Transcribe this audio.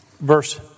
verse